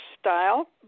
style